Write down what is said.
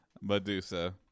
Medusa